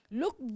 look